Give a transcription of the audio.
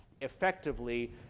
effectively